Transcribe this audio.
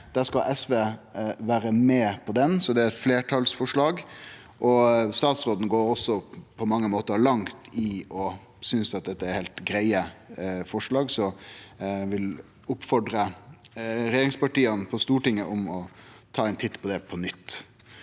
SV skal vere med på dei, så det er fleirtalsforslag. Statsråden går også på mange måtar langt i å synest at dette er heilt greie forslag, så eg vil oppfordre regjeringspartia på Stortinget om å ta ein titt på det på nytt.